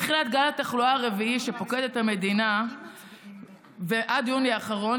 מתחילת גל התחלואה הרביעי שפוקד את המדינה ועד יוני האחרון,